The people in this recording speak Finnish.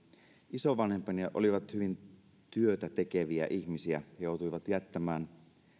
isovanhempani olivat hyvin työtätekeviä ihmisiä joutuivat jättämän